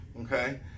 okay